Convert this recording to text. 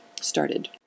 started